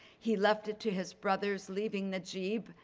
he left it to his brothers, leaving najeeb,